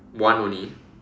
one only